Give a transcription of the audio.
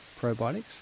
probiotics